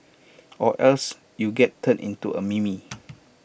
or else you get turned into A meme